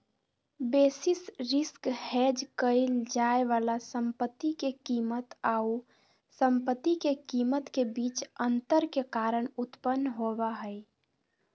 basis risk hedge क़इल जाय वाला संपत्ति के कीमत आऊ संपत्ति के कीमत के बीच अंतर के कारण उत्पन्न होबा हइ